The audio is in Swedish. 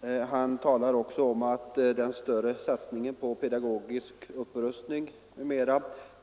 Herr Wiklund säger också att den stora satsningen på pedagogisk upprustning m.m,